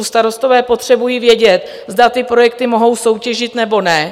Starostové potřebují vědět, zda ty projekty mohou soutěžit, nebo ne.